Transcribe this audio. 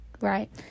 right